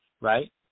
Right